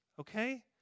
okay